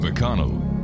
McConnell